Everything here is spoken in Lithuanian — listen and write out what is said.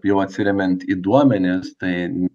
jau atsiremiant į duomenis tai